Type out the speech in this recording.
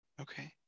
Okay